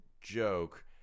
Joke